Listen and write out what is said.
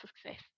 success